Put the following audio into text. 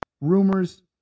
rumors